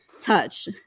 touch